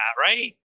right